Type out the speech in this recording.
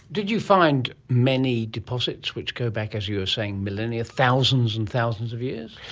did you find many deposits which go back, as you were saying, millennia, thousands and thousands of years?